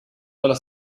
dalla